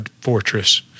fortress